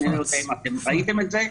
אינני יודע אם ראיתם את זה,